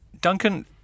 Duncan